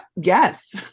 yes